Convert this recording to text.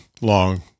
long